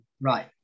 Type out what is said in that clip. Right